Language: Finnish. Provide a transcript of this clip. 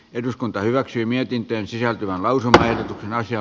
eduskunta hyväksyi mietintöön sisältyvä lauseke ei naisia